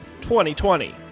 2020